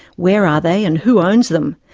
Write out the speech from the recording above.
where are they and who owns them?